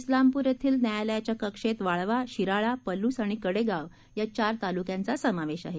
उलामपूर येथील न्यायालयाच्या कक्षेत वाळवा शिराळा पलूस आणि कडेगाव या चार तालुक्यांचा समावेश आहे